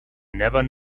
never